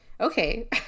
okay